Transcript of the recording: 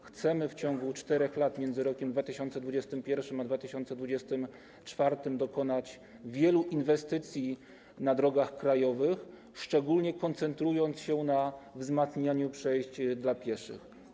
Chcemy w ciągu 4 lat między rokiem 2021 a 2024 dokonać wielu inwestycji na drogach krajowych, szczególnie koncentrując się na wzmacnianiu przejść dla pieszych.